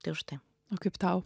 tai už tai kaip tau